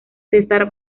cesar